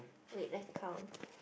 wait let's count